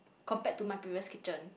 compared to my previous kitchen